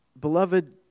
Beloved